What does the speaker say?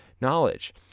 knowledge